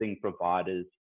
providers